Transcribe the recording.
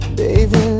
baby